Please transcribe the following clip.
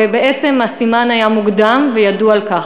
ובעצם היה סימן מוקדם וידעו על כך.